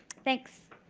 thanks.